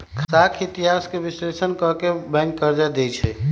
साख इतिहास के विश्लेषण क के बैंक कर्जा देँई छै